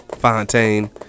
Fontaine